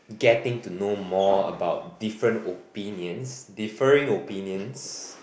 getting to know more about different opinions differing opinions